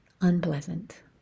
unpleasant